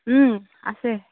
ওম আছে